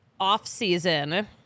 offseason